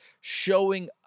showing